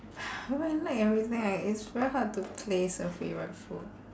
but I like everything like it's very hard to place a favourite food